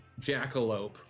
jackalope